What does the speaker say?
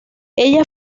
ella